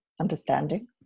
understanding